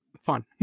fun